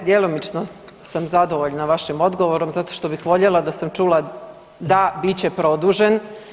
Djelomično sam zadovoljna vašim odgovorom zato što bih voljela da sam čula, da, bit će produžen.